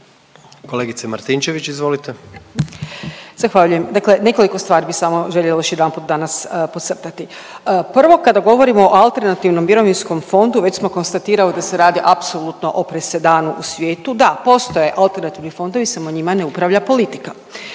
Kolegice Martinčević izvolite.